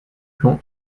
plans